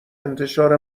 انتشار